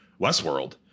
Westworld